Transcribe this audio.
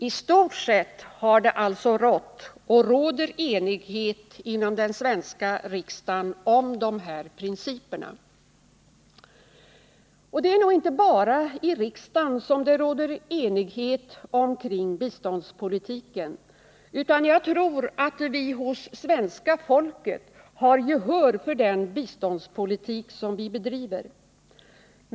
I stort sett har det alltså rått och råder enighet inom den svenska riksdagen om dessa principer. Det är nog inte bara i riksdagen som det råder enighet omkring biståndspolitiken, utan jag tror att vi hos svenska folket har gehör för den biståndspolitik vi bedriver.